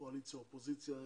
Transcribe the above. קואליציה ואופוזיציה.